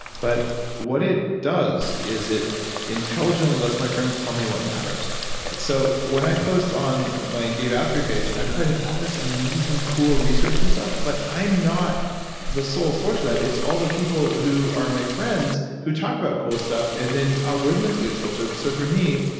but what it does is it intelligently let's my friends tell me what matters so, when i post on my dave asprey page, i'm finding all this amazing, cool research and stuff, but i'm not the sole source of that. it's all the people who are my friends who talk about cool stuff, and then algorithmically it's filtered. so for me,